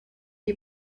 die